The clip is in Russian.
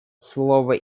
слово